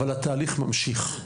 אבל התהליך ממשיך.